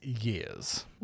years